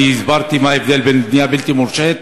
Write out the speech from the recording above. אני הסברתי מה ההבדל בין בנייה בלתי מורשית,